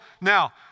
now